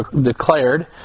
declared